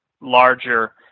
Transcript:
larger